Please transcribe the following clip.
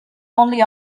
only